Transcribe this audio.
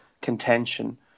contention